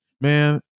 man